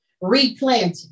replanting